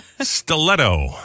Stiletto